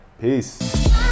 Peace